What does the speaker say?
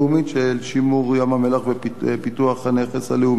שימור ים-המלח ופיתוח הנכס הלאומי הזה.